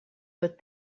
but